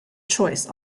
choice